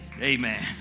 Amen